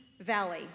valley